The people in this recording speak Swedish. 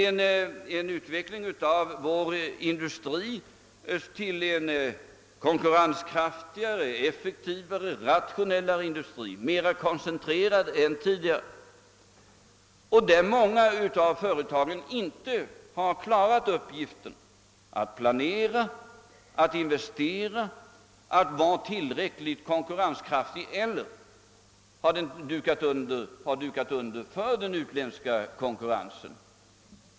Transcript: Vår industri har utvecklats till en konkurrenskraftigare, effektivare och ra tionellare industri som är mera koncentrerad än tidigare. Men många av företagen har inte klarat uppgiften att planera, att investera och att vara tillräckligt konkurrenskraftiga eller också har de dukat under för den utländska konkurrensen.